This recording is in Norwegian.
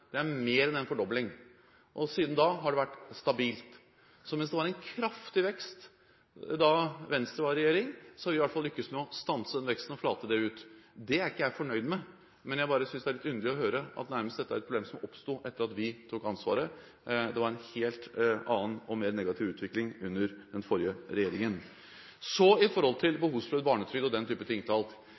Det er mer enn en fordobling. Siden da har det vært stabilt. Så mens det var en kraftig vekst da Venstre var i regjering, har vi i hvert fall lyktes med å stanse den veksten og flate det ut. Det er ikke jeg fornøyd med, men jeg synes bare det er litt underlig å høre at dette nærmest er et problem som oppsto etter at vi tok ansvaret. Det var en helt annen og mer negativ utvikling under den forrige regjeringen. Når det gjelder behovsprøvd barnetrygd og den type